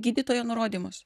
gydytojo nurodymus